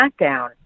SmackDown